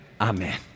Amen